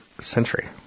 century